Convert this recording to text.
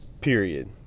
Period